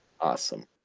Awesome